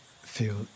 feel